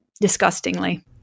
disgustingly